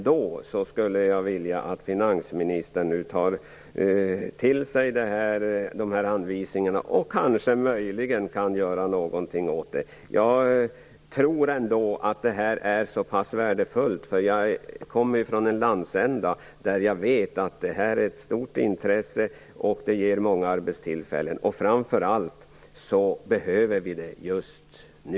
Jag vill ändå att finansministern tar till sig de här anvisningarna, och jag hoppas att han kanske också kan göra något åt saken. Jag tror att detta är något värdefullt. Jag kommer från en landsända där bärplockningen är av stort intresse och ger många arbetstillfällen. Framför allt menar jag att detta är något som behövs just nu.